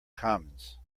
commons